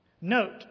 Note